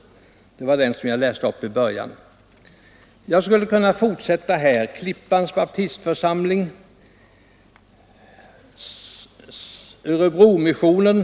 Det var den skrivelse som jag citerade tidigare. Jag skulle kunna fortsätta och läsa upp skrivelser från Klippans baptistförsamling och Örebromissionen.